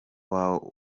wavuga